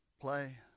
play